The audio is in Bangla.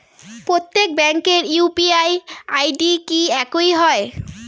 প্রত্যেক ব্যাংকের ইউ.পি.আই আই.ডি কি একই হয়?